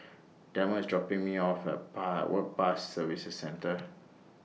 Delmer IS dropping Me off At Pa Work Pass Services Centre